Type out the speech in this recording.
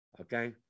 Okay